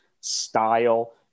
Style